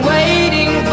Waiting